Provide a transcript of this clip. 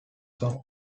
song